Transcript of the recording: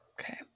Okay